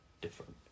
different